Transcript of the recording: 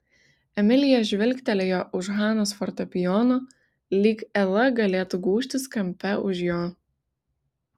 emilija žvilgtelėjo už hanos fortepijono lyg ela galėtų gūžtis kampe už jo